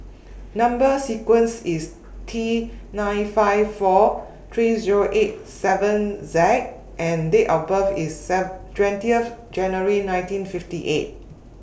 Number sequence IS T nine five four three Zero eight seven Z and Date of birth IS Save twenty January nineteen fifty eight